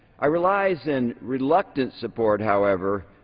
i rise in reluctant support, however,